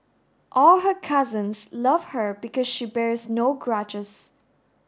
all her cousins love her because she bears no grudges